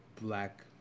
Black